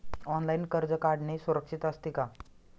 Online कर्ज काढणे सुरक्षित असते का?